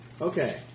Okay